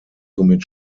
somit